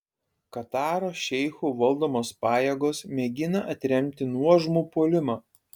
kataro šeichų valdomos pajėgos mėgina atremti nuožmų puolimą